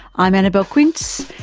i'm annabelle quince,